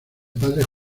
padres